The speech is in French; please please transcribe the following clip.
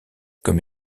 comme